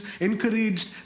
encouraged